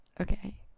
okay